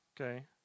okay